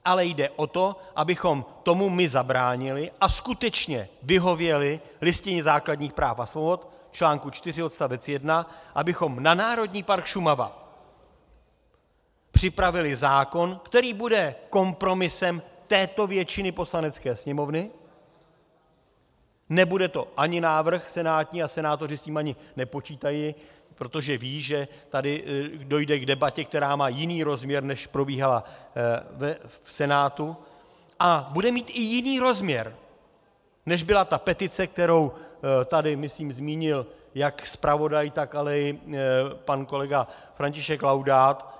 Ale jde o to, abychom tomu my zabránili a skutečně vyhověli Listině základních práv a svobod, článku 4 odst. 1, abychom na Národní park Šumava připravili zákon, který bude kompromisem většiny Poslanecké sněmovny, nebude to ani návrh senátní, a senátoři s tím ani nepočítají, protože vědí, že tady dojde k debatě, která má jiný rozměr, než probíhala v Senátu, a bude mít i jiný rozměr, než byla petice, kterou tady myslím zmínil jak zpravodaj, tak i pan kolega František Laudát.